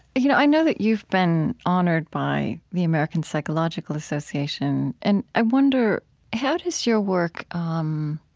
you know, i know that you've been honored by the american psychological association, and i wonder how does your work, um,